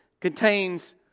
contains